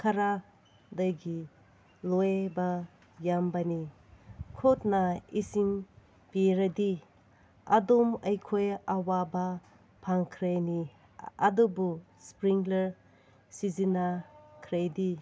ꯈꯔꯗꯒꯤ ꯂꯣꯏꯕ ꯌꯥꯝꯕꯅꯤ ꯈꯨꯠꯅ ꯏꯁꯤꯡ ꯄꯤꯔꯗꯤ ꯑꯗꯨꯝ ꯑꯩꯈꯣꯏ ꯑꯋꯥꯕ ꯐꯪꯈ꯭ꯔꯅꯤ ꯑꯗꯨꯕꯨ ꯏꯁꯄ꯭ꯔꯤꯡꯂꯔ ꯁꯤꯖꯤꯟꯅꯈ꯭ꯔꯗꯤ